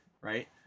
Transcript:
right